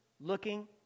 looking